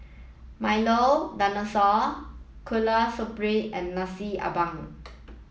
Milo Dinosaur Kueh Syara and Nasi Ambeng